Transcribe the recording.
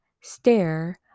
stare